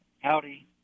Howdy